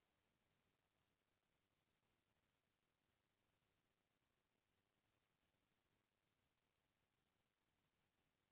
मोर एक एक्कड़ खेत हे, एखर बदला म बीजहा, खातू, दवई बर कोन अऊ कतका करजा मिलिस जाही?